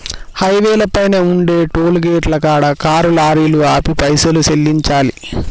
హైవేల పైన ఉండే టోలుగేటుల కాడ కారు లారీలు ఆపి పైసలు సెల్లించాలి